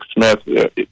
Smith